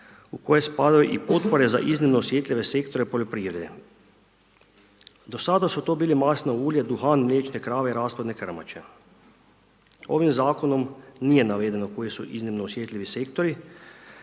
koje spadaju i potpore za iznimno osjetljive sektore poljoprivrede. Do sada su to bili masno ulje, duhan, mliječne krave i rasplodne krmače, ovim zakonom nije navedeno koji su iznimno osjetljivi sektori